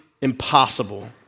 impossible